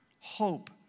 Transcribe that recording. hope